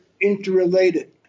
interrelated